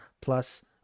plus